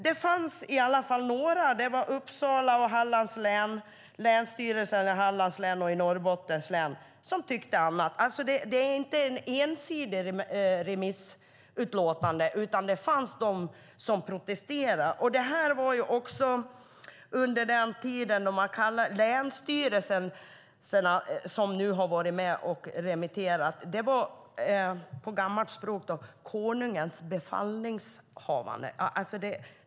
Det fanns i alla fall några som tyckte annat, till exempel länsstyrelserna i Uppsala, Hallands och Norrbottens län. Det är alltså inte ett ensidigt remissutlåtande, utan det fanns de som protesterade. Det här var också under den tid då man på gammalt språk kallade länsstyrelserna som nu har varit med som remissinstanser "konungens befallningshavare".